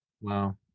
Wow